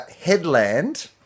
Headland